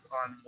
on